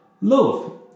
Love